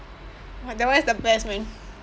!wah! that one is the best man